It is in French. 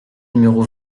numéro